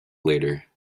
later